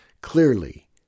Clearly